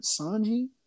Sanji